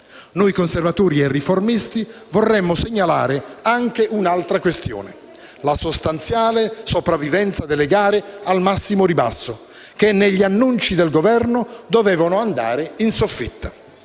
Noi Conservatori e Riformisti vorremmo segnalare anche un'altra questione: la sostanziale sopravvivenza delle gare al massimo ribasso, che negli annunci del Governo dovevano andare in soffitta.